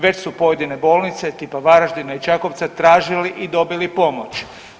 Već su pojedine bolnice tipa Varaždina i Čakovca tražili i dobili pomoć.